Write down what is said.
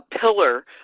pillar